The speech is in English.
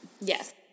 yes